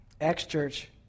X-Church